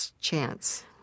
chance